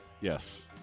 Yes